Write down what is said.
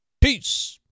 Peace